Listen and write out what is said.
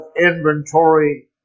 inventory